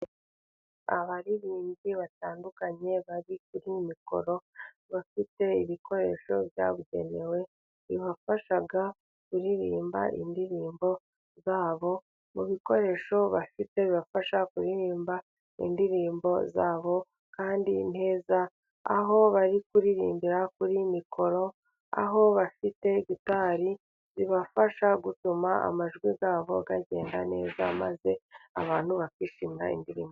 Abaririmbyi batandukanye bari kuri mikoro, bafite ibikoresho byabugenewe bibafasha kuririmba indirimbo zabo ,mu bikoresho bafite bibafasha kuririmba indirimbo zabo kandi neza aho bari kuririmbira kuri mikoro aho bafite gitari zibafasha gutuma amajwi yabo agenda neza, maze abantu bakishimira indirimbo.